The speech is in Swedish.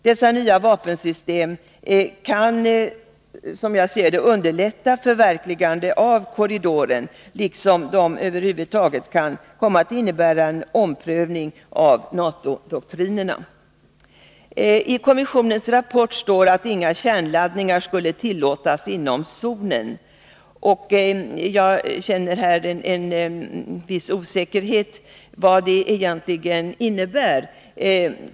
Dessa nya vapensystem kan, som jag ser det, underlätta förverkligandet av korridoren, liksom de över huvud taget kan komma att innebära en omprövning av NATO-doktrinerna. I kommissionens rapport står att inga kärnladdningar skall tillåtas inom zonen. Jag känner här en viss osäkerhet om vad det egentligen innebär.